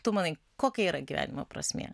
tu manai kokia yra gyvenimo prasmė